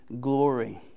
glory